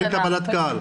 אין קבלת קהל.